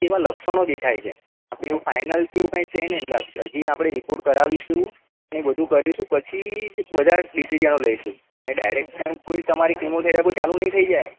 એવા લક્ષણો દેખાય છે આપણે એવું ફાઈનલ એવું કંઈ છે નહીં આની અંદર હજી આપણે રિપોર્ટ કરાવીશું ને બધું કરીશું પછી જ બધા ડીસીઝનો લઈશું ડાયરેક્ટ આમ કોઈ તમારી કીમો થેરાપી ચાલું નહીં થઇ જાય